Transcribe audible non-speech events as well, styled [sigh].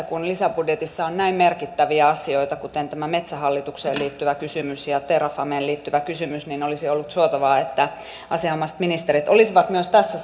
[unintelligible] kun lisäbudjetissa on näin merkittäviä asioita kuin tämä metsähallitukseen liittyvä kysymys ja terrafameen liittyvä kysymys että olisi ollut suotavaa että asianomaiset ministerit olisivat myös tässä [unintelligible]